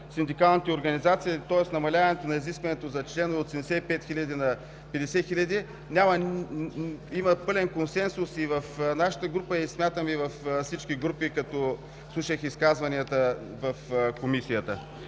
синдикалните организации, тоест намаляването на изискването за членове от 75 хиляди на 50 хиляди, има пълен консенсус и в нашата група, и смятаме, че и във всички групи, като слушах изказванията в Комисията.